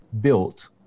built